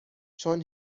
چون